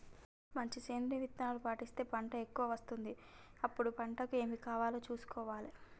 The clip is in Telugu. మంచి సేంద్రియ విధానాలు పాటిస్తే పంట ఎక్కవ వస్తది ఎప్పుడు పంటకు ఏమి కావాలో చూసుకోవాలే